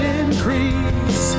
increase